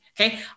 Okay